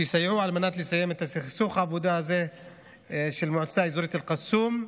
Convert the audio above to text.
שיסייעו על מנת לסיים את סכסוך העבודה הזה של המועצה האזורית אל-קסום,